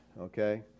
Okay